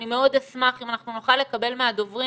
אני מאוד אשמח אם אנחנו נוכל לקבל מהדוברים,